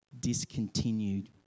discontinued